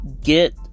get